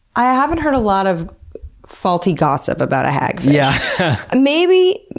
i haven't heard a lot of faulty gossip about hagfish. yeah. maybe,